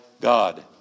God